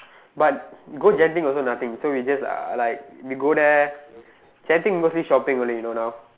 but go Genting also nothing so we just uh like we go there Genting mostly shopping only you know now